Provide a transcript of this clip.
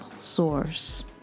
source